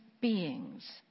beings